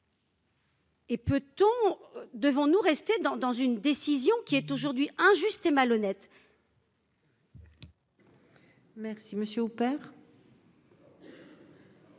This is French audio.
Et peut-on, devons-nous rester dans dans une décision qui est aujourd'hui injuste et malhonnête. Merci monsieur opère.